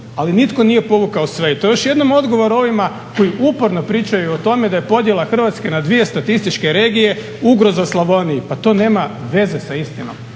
ali nitko nije povukao sve. I to je još jednom odgovor ovima koji uporno pričaju o tome da je podjela Hrvatske na dvije statističke regije ugroza Slavoniji. Pa to nema veze sa istinom.